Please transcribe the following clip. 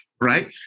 right